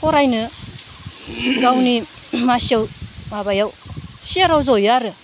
फरायनो गावनि मासियाव माबायाव सियाराव जयो आरो